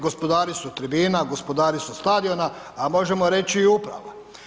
Gospodari su tribina, gospodari su stadiona, a možemo reći i uprava.